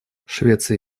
швеция